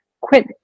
quit